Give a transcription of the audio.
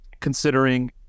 Considering